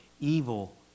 evil